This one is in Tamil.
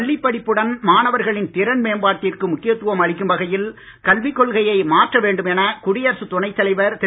பள்ளிப் படிப்புடன் மாணவர்களின் திறன் மேம்பாட்டிற்கு முக்கியத்துவம் அளிக்கும் வகையில் கல்வி கொள்கையை மாற்ற வேண்டும் என குடியரசுத் துணை தலைவர் திரு